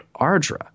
Ardra